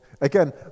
Again